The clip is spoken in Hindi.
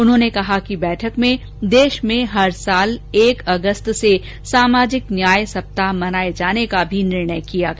उन्होंने कहा कि बैठक में देश में हर सालएक से नौ अगस्त के बीच सामाजिक न्याय सप्ताह मनाये जाने का भी निर्णय किया गया